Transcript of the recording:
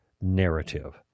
narrative